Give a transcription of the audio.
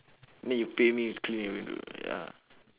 then you pay me to clean your window ya